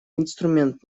инструмент